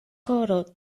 koro